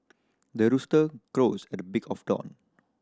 the rooster crows at the break of dawn